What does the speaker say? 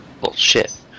Bullshit